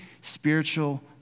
spiritual